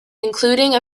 including